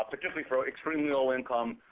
particularly for extremely low income,